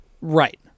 right